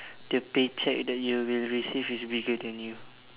the paycheck that you will receive is bigger than you